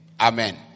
Amen